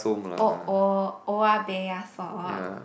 oh oya-beh-ya-som